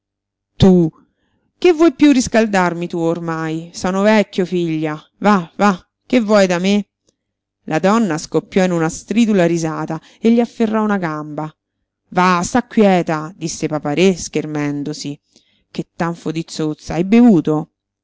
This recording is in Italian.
che vuoi piú riscaldarmi tu ormai sono vecchio figlia va va che vuoi da me la donna scoppiò in una stridula risata e gli afferrò una gamba va sta quieta disse papa-re schermendosi che tanfo di zozza hai bevuto